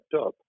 up